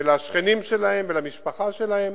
ולשכנים שלהם ולמשפחה שלהם,